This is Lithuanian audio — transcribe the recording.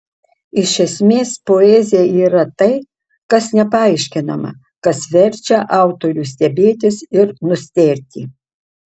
iš esmės poezija yra tai kas nepaaiškinama kas verčia autorių stebėtis ir nustėrti